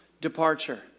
departure